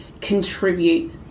contribute